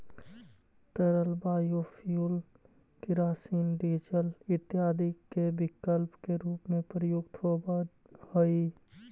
तरल बायोफ्यूल किरासन, डीजल इत्यादि के विकल्प के रूप में प्रयुक्त होवऽ हई